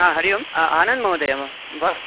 हा हरिः ओम् आनन्दः महोदय वा